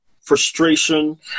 frustration